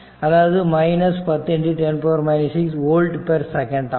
அதாவது 10106 volt second ஆகும்